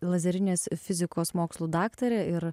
lazerinės fizikos mokslų daktarė ir